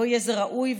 לא יהיה זה ראוי,